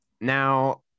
now